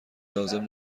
لازم